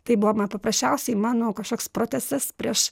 tai buvo paprasčiausiai mano kažkoks protestas prieš